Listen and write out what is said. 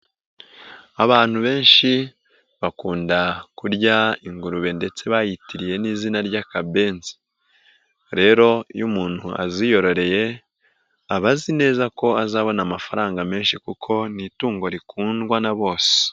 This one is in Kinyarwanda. Abantu benshi bakunda kurya ingurube ndetse bayitiriye n'izina ry'akabenzi. Rero iyo umuntu aziyororeye, aba azi neza ko azabona amafaranga menshi kuko ni itungo rikundwa na bose.